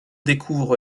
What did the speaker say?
découvre